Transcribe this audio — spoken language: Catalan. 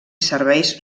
serveis